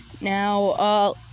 Now